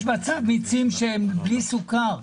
יש מיצים שהם בלי סוכר.